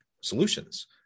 solutions